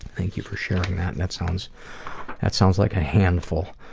thank you for sharing that. and that sounds that sounds like a handful.